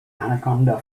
anaconda